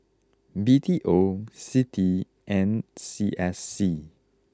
B T O Citi and C S C